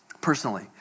personally